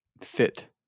fit